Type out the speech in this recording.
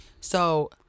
So-